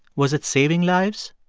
was it saving lives?